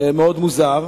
מאוד מוזר.